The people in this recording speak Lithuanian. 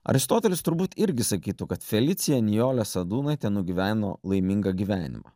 aristotelis turbūt irgi sakytų kad felicija nijolė sadūnaitė nugyveno laimingą gyvenimą